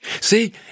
See